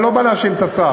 אני לא בא להאשים את השר,